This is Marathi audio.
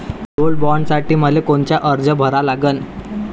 गोल्ड बॉण्डसाठी मले कोनचा अर्ज भरा लागन?